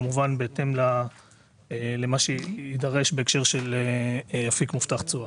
כמובן, בהתאם למה שיידרש בהקשר לאפיק מובטח תשואה.